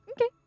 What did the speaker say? Okay